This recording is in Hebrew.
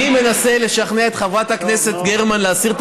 אני מנסה לשכנע את חברת הכנסת גרמן להסיר.